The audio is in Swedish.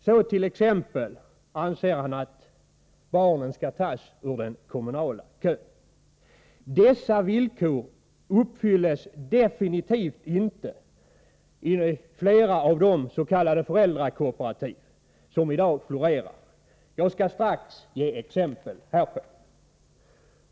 Så t.ex. anser han att barnen skall tas ur den kommunala kön. De villkor han ställt uppfylls definitivt inte av flera av de s.k. föräldrakooperativ som florerar i dag. Jag skall strax ge exempel härpå.